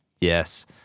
Yes